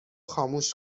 خاموش